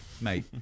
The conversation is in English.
mate